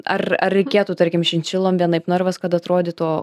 ar ar reikėtų tarkim šinšilom vienaip narvas kad atrodytų